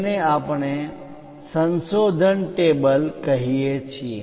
જેને આપણે સંશોધન સુધારણા revision ટેબલ કોષ્ટક table કહીએ છીએ